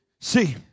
See